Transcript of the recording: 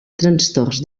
trastorns